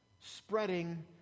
spreading